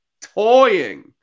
toying